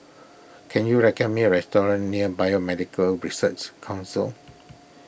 can you recommend me a restaurant near Biomedical Research Council